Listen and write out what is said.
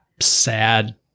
sad